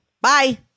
bye